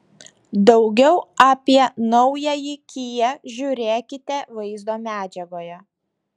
daugiau apie naująjį kia žiūrėkite vaizdo medžiagoje